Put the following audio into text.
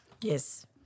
Yes